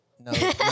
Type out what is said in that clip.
No